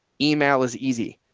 email is easy,